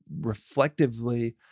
reflectively